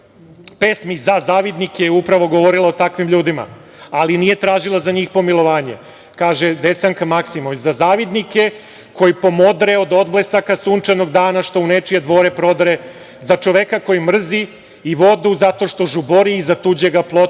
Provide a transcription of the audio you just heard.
pesmi za zavidnike, upravo je govorila o takvim ljudima, ali nije tražila sa njih pomilovanje. Kaže Desanka Maksimović – za zavidnike koji pomodre od odblesaka sunčanog dana, što u nečije dvore prodre, za čoveka koji mrzi i vodu zato što žubori iza tuđeg plota